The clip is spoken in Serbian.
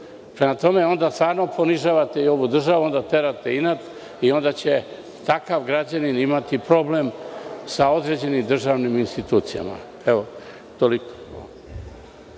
Prema tome, onda stvarno ponižavate i ovu državu. Onda terate inat i onda će takav građanin imati problem sa određenim državnim institucijama. **Vesna